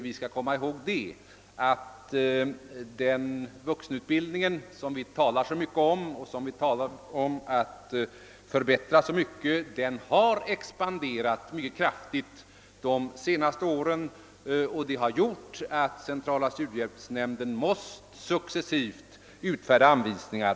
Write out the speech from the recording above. Vi skall komma ihåg att den vuxenutbildning som vi talar så mycket om och vill förbättra har expanderat kraftigt under de senaste åren. Detta har medfört att centrala studiehjälpsnämnden som sagt successivt måst utfärda anvisningar.